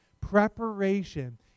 Preparation